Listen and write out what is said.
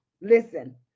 Listen